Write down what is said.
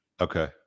Okay